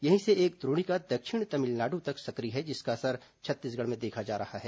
यहीं से एक द्रोणिका दक्षिण तमिलनाडु तक सक्रिय है जिसका असर छत्तीसगढ़ में देखा जा रहा है